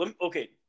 Okay